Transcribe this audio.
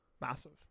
massive